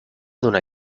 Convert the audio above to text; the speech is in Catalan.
donar